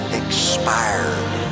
expired